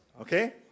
okay